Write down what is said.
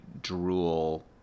drool